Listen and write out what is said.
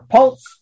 Pulse